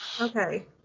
Okay